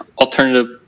alternative